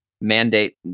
mandate